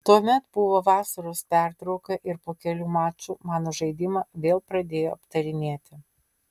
tuomet buvo vasaros pertrauka ir po kelių mačų mano žaidimą vėl pradėjo aptarinėti